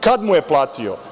Kad mu je platio?